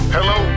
Hello